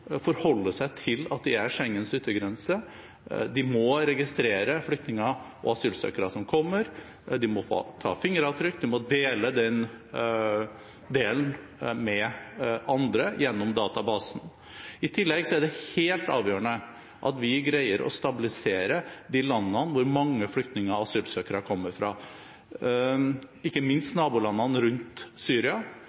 forholde seg til at de er Schengens yttergrense. De må registrere flyktninger og asylsøkere som kommer. De må ta fingeravtrykk. De må dele den informasjonen med andre gjennom databasene. I tillegg er det helt avgjørende at vi greier å stabilisere de landene hvor mange flyktninger og asylsøkere kommer fra, ikke minst